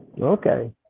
Okay